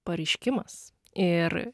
pareiškimas ir